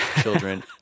children